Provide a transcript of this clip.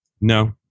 No